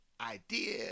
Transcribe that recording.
idea